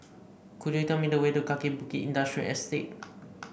could you tell me the way to Kaki Bukit Industrial Estate